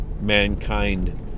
mankind